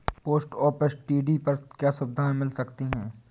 Post office TD पर क्या सुविधाएँ मिल सकती है?